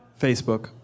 Facebook